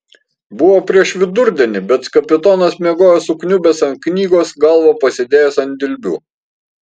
buvo prieš vidurdienį bet kapitonas miegojo sukniubęs ant knygos galvą pasidėjęs ant dilbių